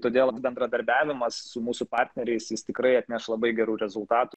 todėl bendradarbiavimas su mūsų partneriais jis tikrai atneš labai gerų rezultatų